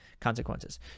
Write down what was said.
consequences